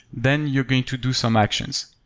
then you're going to do some actions.